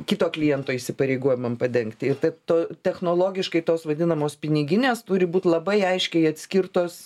kito kliento įsipareigojimam padengti ir taip to technologiškai tos vadinamos piniginės turi būt labai aiškiai atskirtos